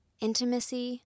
intimacy